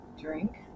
drink